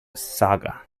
saga